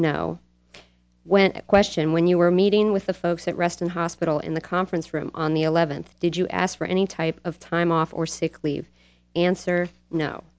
no when question when you were meeting with the folks at reston hospital in the conference room on the eleventh did you ask for any type of time off for sick leave answer no